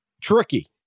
Tricky